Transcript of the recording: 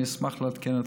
אני אשמח לעדכן אתכם.